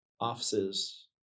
offices